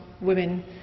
women